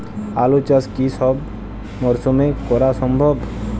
আলু চাষ কি সব মরশুমে করা সম্ভব?